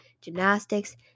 gymnastics